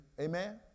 Amen